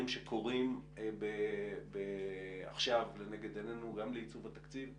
שקורים עכשיו לנגד עינינו גם לעיצוב התקציב.